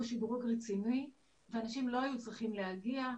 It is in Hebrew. שדרוג רציני ואנשים לא היו צריכים להגיע,